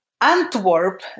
Antwerp